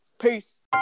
Peace